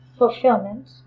fulfillment